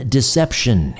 Deception